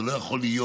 זה לא יכול להיות.